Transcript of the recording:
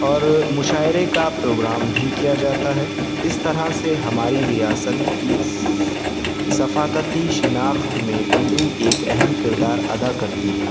اور مشاعرے کا پروگرام بھی کیا جاتا ہے اس طرح سے ہماری ریاست کی ثقافتی شناخت میں اردو ایک اہم کردار ادا کرتی ہے